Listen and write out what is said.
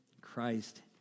Christ